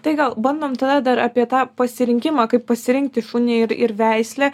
tai gal bandom tada dar apie tą pasirinkimą kaip pasirinkti šunį ir ir veislę